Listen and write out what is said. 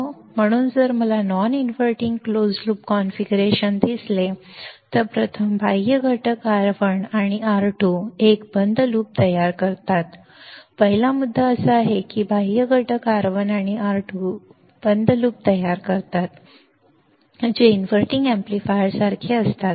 म्हणून जर मला non inverting close loop configuration दिसले तर प्रथम बाह्य घटक R1 आणि R2 एक बंद लूप तयार करतात पहिला मुद्दा असा आहे की बाह्य घटक R1 आणि R2 बंद लूप तयार करतात जे इनव्हर्टिंग एम्पलीफायरसारखे असतात